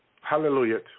Hallelujah